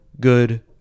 good